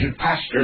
pastor